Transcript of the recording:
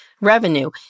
revenue